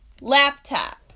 laptop